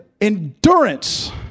endurance